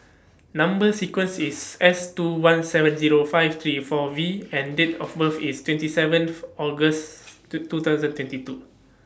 Number sequence IS S two one seven Zero five three four V and Date of birth IS twenty seven August two two thousand twenty two